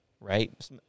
Right